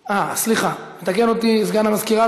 סליחה, מתקן אותי סגן המזכירה.